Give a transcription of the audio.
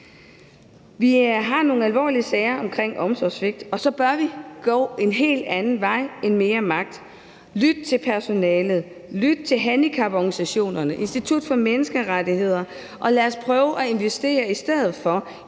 Vi har nogle alvorlige sager omkring omsorgssvigt, og så bør vi gå en helt anden vej end mere magt: lytte til personalet, lytte til handicaporganisationerne, Institut for Menneskerettigheder, og lad os prøve at investere i stedet for